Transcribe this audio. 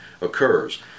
occurs